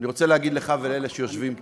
אני רוצה להגיד לך ולאלה שיושבים פה,